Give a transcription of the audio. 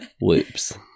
Whoops